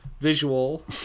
visual